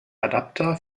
adapter